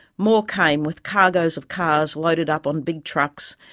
more came with cargoes of cars loaded up on big trucks,